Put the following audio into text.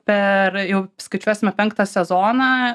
per jau skaičiuosime penktą sezoną